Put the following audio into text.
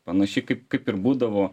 panašiai kaip kaip ir būdavo